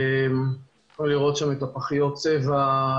אפשר לראות שם את פחיות הצבע,